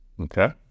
Okay